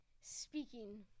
Speaking